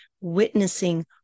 witnessing